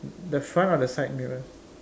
the front or the side mirror